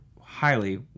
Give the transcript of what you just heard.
highly